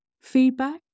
Feedback